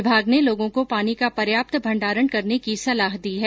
विभाग ने लोगों को पानी का पर्याप्त भण्डारण करने की सलाह दी है